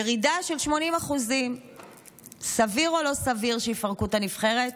ירידה של 80%. סביר או לא סביר שיפרקו את הנבחרת?